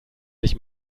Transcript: sich